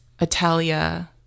Italia